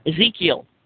Ezekiel